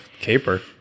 caper